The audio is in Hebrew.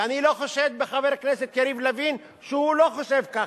ואני לא חושד בחבר הכנסת יריב לוין שהוא לא חושב כך,